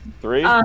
Three